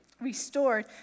restored